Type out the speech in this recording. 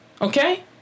Okay